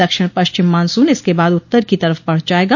दक्षिण पश्चिम मॉनसून इसके बाद उत्तर की तरफ बढ़ जायेगा